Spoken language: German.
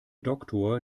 doktor